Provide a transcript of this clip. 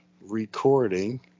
recording